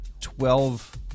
twelve